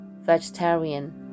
vegetarian